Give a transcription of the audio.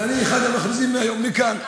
ואני אחד המכריזים היום מכאן.